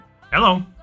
Hello